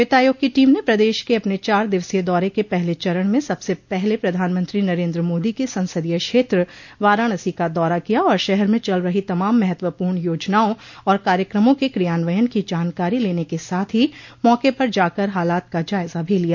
वित्त आयोग की टीम ने प्रदेश के अपने चार दिवसीय दौरे के पहले चरण में सबसे पहले प्रधानमंत्री नरेन्द्र मोदी के संसदीय क्षेत्र वाराणसी का दौरा किया और शहर में चल रहे तमाम महत्वपूर्ण योजनाओं और कार्यक्रमों के क्रियान्वयन की जानकारी लेने के साथ ही मौके पर जाकर हालात का जायजा भी लिया